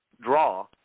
draw